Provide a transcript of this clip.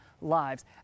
lives